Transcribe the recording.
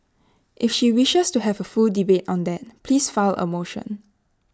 if she wishes to have A full debate on that please file A motion